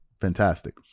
Fantastic